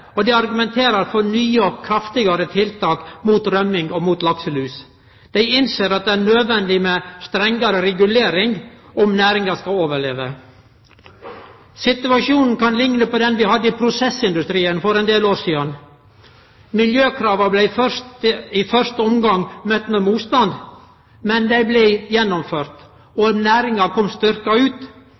og dei argumenterer for nye og kraftigare tiltak mot rømming og mot lakselus. Dei innser at det er nødvendig med strengare regulering, om næringa skal overleve. Situasjonen kan likne på den vi hadde i prosessindustrien for ein del år sidan. Miljøkrava blei i første omgang møtte med motstand, men dei blei gjennomførte, og næringa kom styrkt ut.